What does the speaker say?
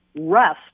rest